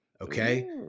Okay